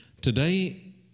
Today